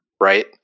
right